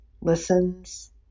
listens